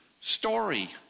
story